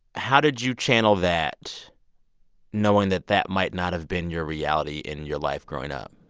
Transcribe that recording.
how did you channel that knowing that that might not have been your reality in your life growing up?